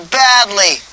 badly